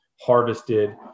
harvested